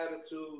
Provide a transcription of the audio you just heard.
attitude